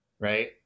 right